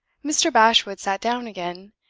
mr. bashwood sat down again,